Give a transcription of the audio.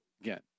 Again